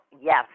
yes